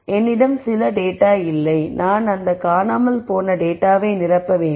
என்னிடம் சில டேட்டா இல்லை நான் அந்த காணாமல் போன டேட்டாவை நிரப்ப வேண்டும்